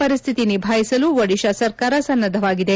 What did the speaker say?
ಪರಿಶ್ವಿತಿ ನಿಭಾಯಿಸಲು ಒಡಿತಾ ಸರ್ಕಾರ ಸನ್ನದ್ಲವಾಗಿದೆ